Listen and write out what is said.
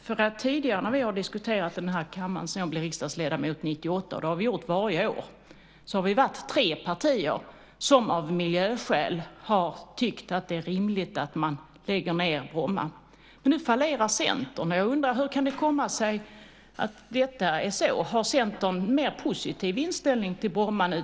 När vi tidigare diskuterat detta i kammaren, och det har vi gjort varje år sedan jag blev riksdagsledamot 1998, har vi varit tre partier som av miljöskäl tyckt att det är rimligt att lägga ned Bromma. Men nu fallerar Centern, och jag undrar därför hur det kan komma sig. Har Centern en mer positiv inställning till Bromma nu?